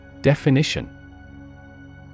Definition